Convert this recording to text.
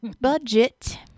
budget